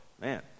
man